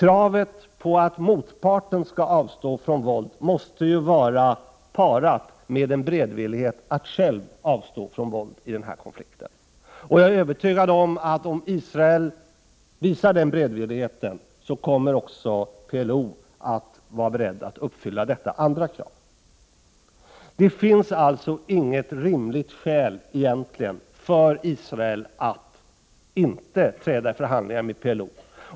Kravet på att motparten skall avstå från våld måste vara parat med en beredvillighet att själv avstå från våld i den här konflikten. Jag är övertygad om att om Israel visar den beredvilligheten kommer också PLO att vara beredd att uppfylla detta andra krav. Det finns alltså egentligen inget rimligt skäl för Israel att inte träda i förhandling med PLO.